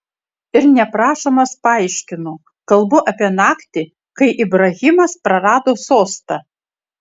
ir neprašomas paaiškino kalbu apie naktį kai ibrahimas prarado sostą